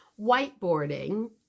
Whiteboarding